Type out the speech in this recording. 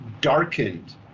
darkened